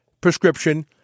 prescription